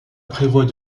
prévoit